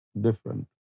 different